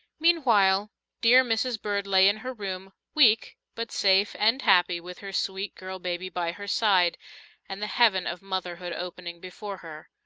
meanwhile dear mrs. bird lay in her room, weak, but safe and happy with her sweet girl baby by her side and the heaven of motherhood opening before her.